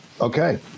Okay